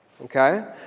Okay